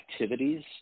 activities